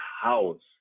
house